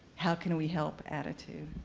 how can we help, attitude.